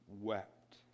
wept